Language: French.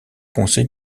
conseil